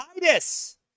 Titus